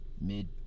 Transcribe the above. mid-